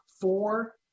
four